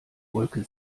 wolke